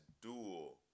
duel